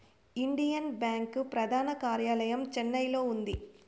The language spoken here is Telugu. ఇండియన్ బ్యాంకు ప్రధాన కార్యాలయం చెన్నైలో ఉంది